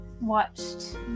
watched